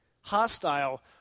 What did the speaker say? hostile